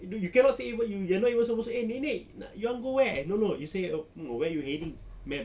you know you cannot say even you're not even supposed to eh nenek you want go where no no you say oh where you heading ma'am